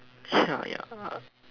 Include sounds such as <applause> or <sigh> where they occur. <noise> yeah yeah